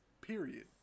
period